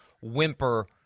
whimper